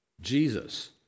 Jesus